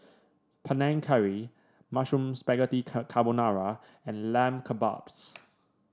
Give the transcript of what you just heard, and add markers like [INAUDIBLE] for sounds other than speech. Panang Curry Mushroom Spaghetti [UNINTELLIGIBLE] Carbonara and Lamb Kebabs [NOISE]